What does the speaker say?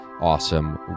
awesome